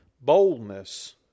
boldness